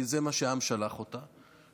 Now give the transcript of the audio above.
כי לזה העם שלח אותי,